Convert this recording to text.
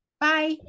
Bye